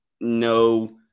no